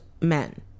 men